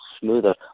smoother